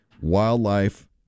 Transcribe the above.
wildlife